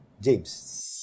James